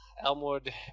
Elmwood